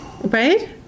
Right